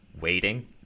waiting